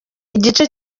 igice